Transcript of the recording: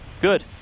Good